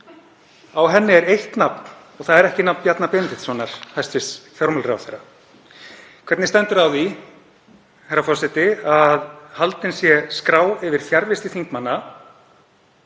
Á henni er eitt nafn. Það er ekki nafn Bjarna Benediktssonar, hæstv. fjármálaráðherra. Hvernig stendur á því, herra forseti, að haldin sé skrá yfir fjarvistir þingmanna